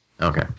okay